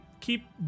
keep